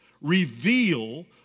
reveal